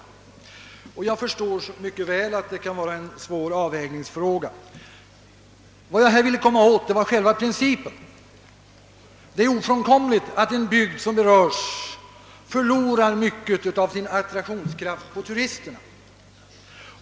Jag förstår detta mycket väl, men vad jag här ville komma åt var själva principen. Det är ofrånkomligt att en bygd som berörs av regleringar förlorar mycket av sin attraktionskraft på turisterna.